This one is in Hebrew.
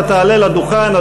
אתה תעלה לדוכן,